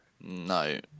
No